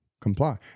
Comply